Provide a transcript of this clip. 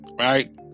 right